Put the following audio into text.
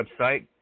website